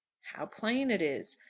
how plain it is.